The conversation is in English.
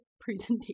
presentation